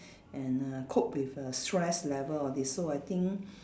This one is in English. and err cope with err stress level all this so I think